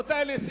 מי נגד?